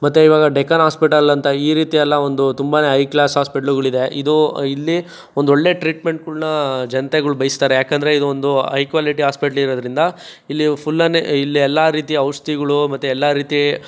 ಮತ್ತು ಇವಾಗ ಡೆಕನ್ ಆಸ್ಪಿಟಲ್ ಅಂತ ಈ ರೀತಿ ಎಲ್ಲ ಒಂದು ತುಂಬನೇ ಹೈ ಕ್ಲಾಸ್ ಆಸ್ಪಿಟ್ಲ್ಗಳಿದೆ ಇದು ಇಲ್ಲಿ ಒಂದು ಒಳ್ಳೆ ಟ್ರೀಟ್ಮೆಂಟ್ಗಳನ್ನ ಜನತೆಗಳು ಬಯಸ್ತಾರೆ ಏಕೆಂದ್ರೆ ಇದು ಒಂದು ಐ ಕ್ವಾಲಿಟಿ ಆಸ್ಪಿಟ್ಲ್ ಇರೋದ್ರಿಂದ ಇಲ್ಲಿ ಫುಲನೆ ಇಲ್ಲಿ ಎಲ್ಲ ರೀತಿಯ ಔಷಧಿಗಳು ಮತ್ತೆ ಎಲ್ಲ ರೀತಿ